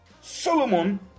Solomon